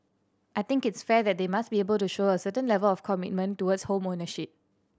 I think it's fair that they must be able to show a certain level of commitment towards home ownership